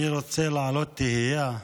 אני רוצה להעלות תהייה: